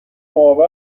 نوآموز